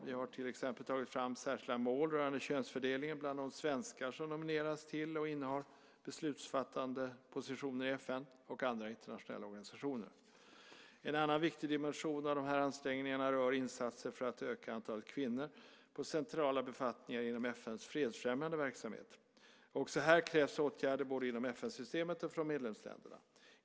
Vi har till exempel tagit fram särskilda mål rörande könsfördelningen bland de svenskar som nomineras till och innehar beslutsfattande positioner i FN och andra internationella organisationer. En annan viktig dimension av de här ansträngningarna rör insatser för att öka antalet kvinnor på centrala befattningar inom FN:s fredsfrämjande verksamhet. Också här krävs åtgärder både inom FN-systemet och från medlemsländerna.